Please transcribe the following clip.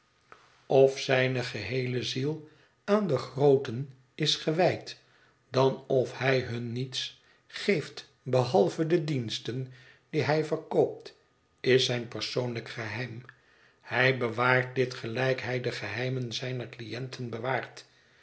of zijne geheele ziel aan de grooten is gewijd dan of hij hun niets geeft behalve de diensten die hij verkoopt is zijn persoonlijk geheim hij bewaart dit gelijk hij de geheimen zijner cliënten bewaart